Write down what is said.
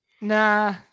Nah